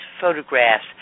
photographs